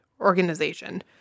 organization